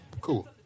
Cool